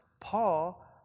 Paul